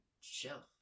shelf